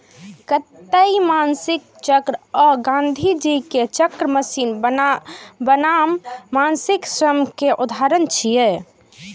कताइ मशीनक चक्र आ गांधीजी के चरखा मशीन बनाम मानवीय श्रम के उदाहरण छियै